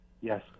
Yes